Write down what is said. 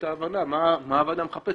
ההבנה מה הועדה מחפשת.